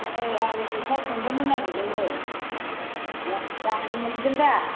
नै आंबो फैसा सोंहरनो नागिरदोंमोन दाहार मोनगोन दा